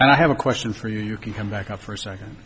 and i have a question for you you can come back up for a second